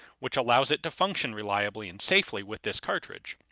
which allows it to function reliably and safely with this cartridge.